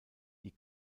die